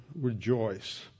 rejoice